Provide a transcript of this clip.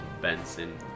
Benson